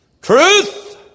Truth